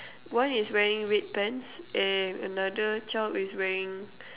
one is wearing red pants and another child is wearing